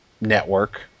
network